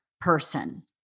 person